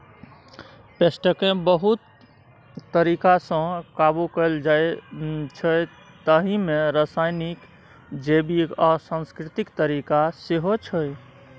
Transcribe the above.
पेस्टकेँ बहुत तरीकासँ काबु कएल जाइछै ताहि मे रासायनिक, जैबिक आ सांस्कृतिक तरीका सेहो छै